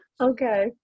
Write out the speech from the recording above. okay